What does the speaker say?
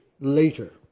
later